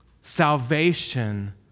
Salvation